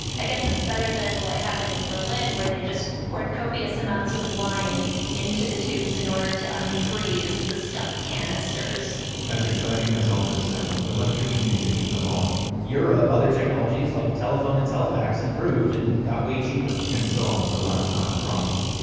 i guess it's better than what happened in berlin where they just poured copious amounts of wine into the tubes in order to unfreeze the stuck canisters as exciting as all this sounds, electric communication evolved. in europe, other technologies like telephone and telefax improved and got way cheaper. and solved the last mile problem.